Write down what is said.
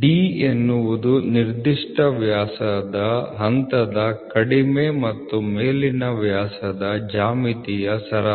D ಎನ್ನುವುದು ನಿರ್ದಿಷ್ಟ ವ್ಯಾಸದ ಹಂತದ ಕಡಿಮೆ ಮತ್ತು ಮೇಲಿನ ವ್ಯಾಸದ ಜ್ಯಾಮಿತೀಯ ಸರಾಸರಿ